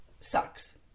sucks